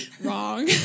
wrong